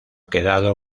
quedado